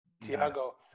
tiago